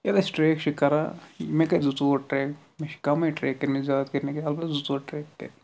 ییٚلہِ أسۍ ٹرٛیٚک چھِ کران مےٚ کٔرۍ زٕ ژور ٹریٚک مےٚ چھ کمٕے ٹریٚک کٔرۍمتۍ زیاد کٔرۍ نہٕ کینٛہہ البتہ زٕ ژور ٹریٚک کٔرۍ